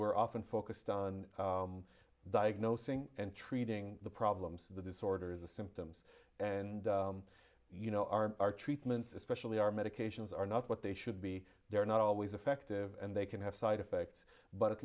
were often focused on diagnosing and treating the problems the disorders the symptoms and you know our our treatments especially our medications are not what they should be they're not always effective and they can have side effects but at